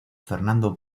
fernando